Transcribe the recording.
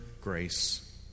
grace